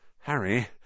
Harry